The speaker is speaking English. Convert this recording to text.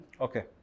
Okay